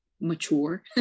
mature